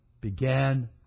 began